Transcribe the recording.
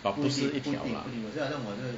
but 不是一条 lah